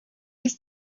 use